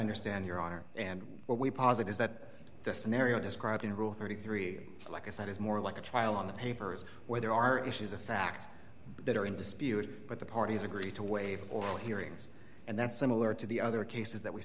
understand your honor and what we posit is that the scenario described in rule thirty three like i said is more like a trial on the papers where there are issues of fact that are in dispute but the parties agree to waive oral hearings and that's similar to the other cases that we